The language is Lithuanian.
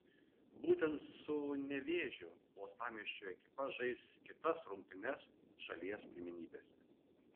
būtent su nevėžiu uostamiesčio ekipa žais kitas rungtynes šalies pirmenybėse